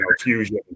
fusion